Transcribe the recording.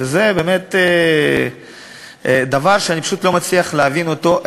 זה דבר שאני פשוט לא מצליח להבין אותו,